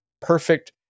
perfect